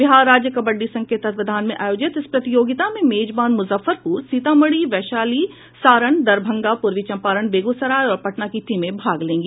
बिहार राज्य कबड़डी संघ के तत्वावधान में आयोजित इस प्रतियोगिता में मेजबान मुजफ्फरपुर सीतामढ़ी वैशाली सारण दरभंगा पूर्वी चंपारण बेगूसराय और पटना की टीमें भाग लेंगी